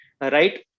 right